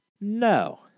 No